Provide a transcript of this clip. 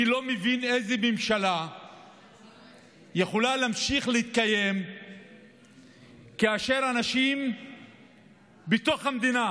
אני לא מבין איזו ממשלה יכולה להמשיך להתקיים כאשר אנשים בתוך המדינה